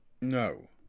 No